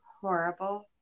horrible